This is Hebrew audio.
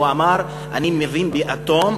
הוא אמר: אני מבין באטום,